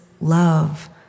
love